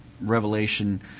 Revelation